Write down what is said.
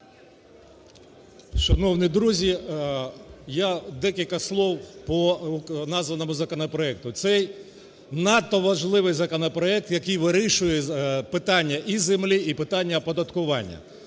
Шановні друзі, я декілька слів по названому законопроекту. Це надто важливий законопроект, який вирішує питання і землі, і питання оподаткування.